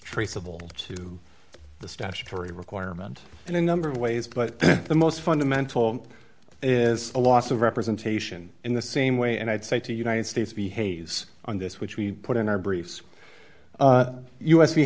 traceable to the statutory requirement in a number of ways but the most fundamental is a loss of representation in the same way and i'd say to united states b hayes on this which we put in our briefs